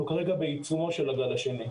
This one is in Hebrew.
אנחנו כרגע בעיצומו של הגל השני.